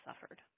suffered